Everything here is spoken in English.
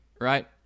right